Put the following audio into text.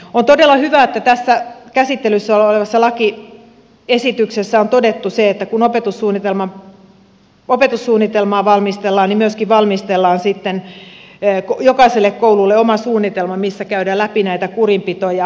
on todella hyvä että tässä käsittelyssä olevassa lakiesityksessä on todettu se että kun opetussuunnitelmaa valmistellaan niin myöskin valmistellaan sitten jokaiselle koululle oma suunnitelma missä käydään läpi näitä kurinpito ja ojentamiskeinoja